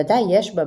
ודאי יש בה,